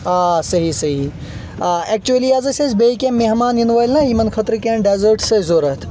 آ صحی صحی آ ایٚکچُؤلی حظ أسۍ اسہِ بیٚیہِ کیٚنٛہہ مہمان یِنہٕ وألۍ نہ یِمن خأطرٕ کیٚنٛہہ ڈٮ۪زأٹٕس أسۍ ضرورت